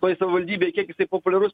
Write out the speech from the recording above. toj savivaldybėj kiek jisai populiarus